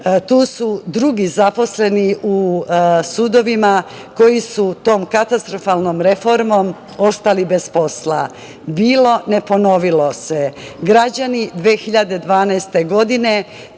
tu su drugi zaposleni u sudovima koji su tom katastrofalnom reformom ostali bez posla. Bilo, ne ponovilo se. Građani 2012. godine